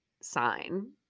sign